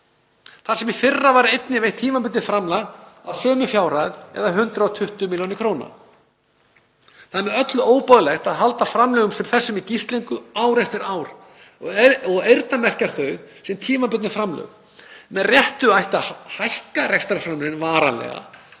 þar sem í fyrra var einnig veitt tímabundið framlag að sömu fjárhæð, eða 120 millj. kr. Það er með öllu óboðlegt að halda framlögum sem þessum í gíslingu ár eftir ár og eyrnamerkja þau sem tímabundin framlög. Með réttu ætti að hækka rekstrarframlögin varanlega,